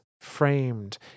framed